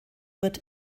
wird